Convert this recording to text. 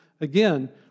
again